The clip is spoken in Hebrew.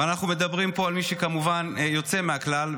אבל אנחנו מדברים פה על מי שכמובן יוצא מהכלל,